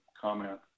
comment